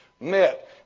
met